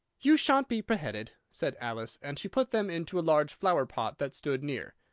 you shan't be beheaded! said alice, and she put them into a large flower-pot that stood near.